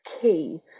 key